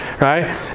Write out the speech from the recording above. right